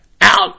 out